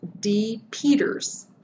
dpeters